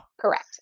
Correct